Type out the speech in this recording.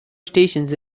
stations